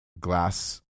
Glass